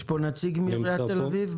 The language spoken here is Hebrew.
יש פה בשולחן נציג מעיריית תל אביב?